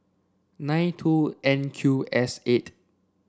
nine two N Q S eight